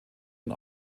und